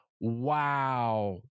wow